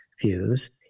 views